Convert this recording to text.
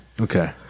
Okay